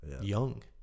young